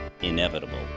inevitable